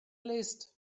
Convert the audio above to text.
list